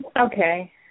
Okay